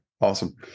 Awesome